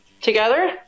together